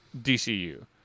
DCU